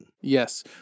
Yes